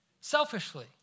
selfishly